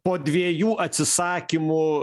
po dviejų atsisakymų